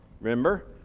remember